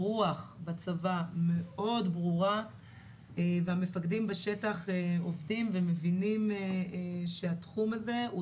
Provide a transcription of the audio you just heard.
הרוח בצבא מאוד ברורה והמפקדים בשטח עובדים ומבינים שהתחום הזה הוא